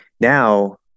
Now